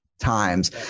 Times